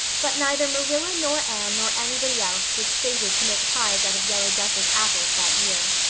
but neither marilla nor anne nor anybody else was fated to make pies out of yellow duchess apples that year.